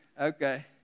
Okay